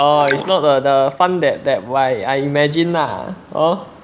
orh is not the the fun that that I I imagine lah hor